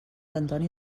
antoni